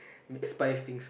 spice things up